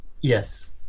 Yes